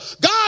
God